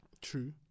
True